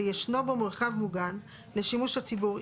וישנו בו מרחב מוגן לשימוש הציבור,